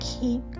Keep